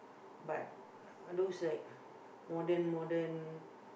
but uh those like modern modern